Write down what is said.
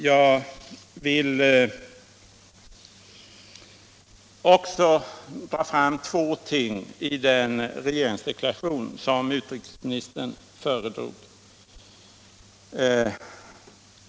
Jag vill också ta upp två ting i den regeringsdeklaration som utrikesministern föredrog.